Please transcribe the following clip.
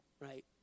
right